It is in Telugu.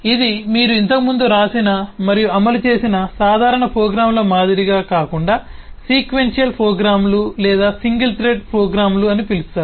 ఇది మీరు ఇంతకు ముందు వ్రాసిన మరియు అమలు చేసిన సాధారణ ప్రోగ్రామ్ల మాదిరిగా కాకుండా సీక్వెన్షియల్ ప్రోగ్రామ్లు లేదా సింగిల్ థ్రెడ్ ప్రోగ్రామ్లు అని పిలుస్తారు